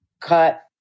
cut